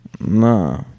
nah